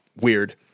Weird